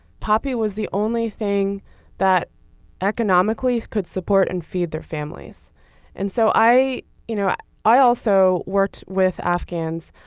poppy was the only thing that economically could support and feed their families and so i you know i also worked with afghans.